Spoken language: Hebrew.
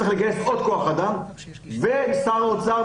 צריך לגייס עוד כוח אדם ושר האוצר,